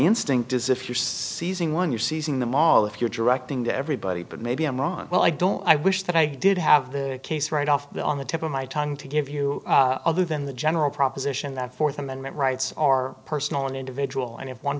instinct is if you're seizing one you're seizing them all if you're directing to everybody but maybe i'm wrong well i don't i wish that i did have the case right off the on the tip of my tongue to give you other than the general proposition that fourth amendment rights are personal and individual and if one